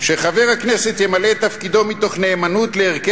ש"חבר הכנסת ימלא את תפקידו מתוך נאמנות לערכי